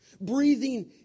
breathing